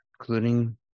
including